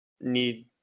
need